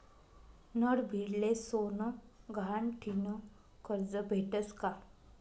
नडभीडले सोनं गहाण ठीन करजं भेटस का?